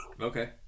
Okay